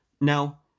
Now